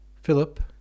Philip